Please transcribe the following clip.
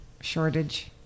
shortage